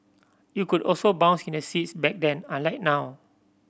you could also bounce in the seats back then unlike now